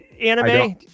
anime